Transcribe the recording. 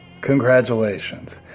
Congratulations